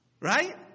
Right